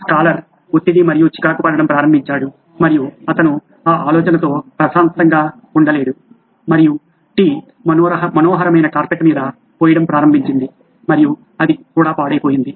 scholar ఒత్తిడి మరియు చికాకు పడటం ప్రారంభించాడు మరియు అతను ఆ ఆలోచనతో ప్రశాంతంగా లేడు మరియు టీ మనోహరమైన కార్పెట్ మీద పోయడం ప్రారంభించింది మరియు అది కూడా పాడైపోయింది